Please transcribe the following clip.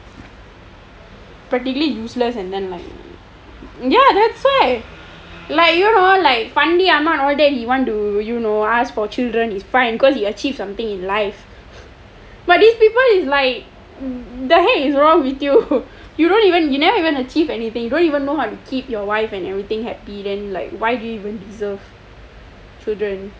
practically useless and then like ya that's why like you like பண்ணி அம்மா:panni ammaa all day and he want to you know ask for children is fine cause he achieve something in life but these people is like the heck is wrong with you you don't even you never even achieve anything you don't even know to keep your wife and everything happy then like why do even deserve children